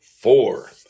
four